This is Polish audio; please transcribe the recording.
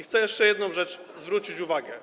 Chcę jeszcze na jedną rzecz zwrócić uwagę.